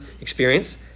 experience